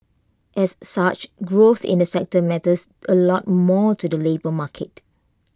as such growth in the sector matters A lot more to the labour market